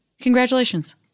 congratulations